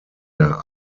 der